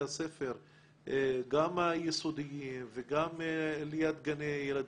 הספר גם היסודיים וגם ליד גני הילדים,